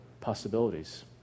possibilities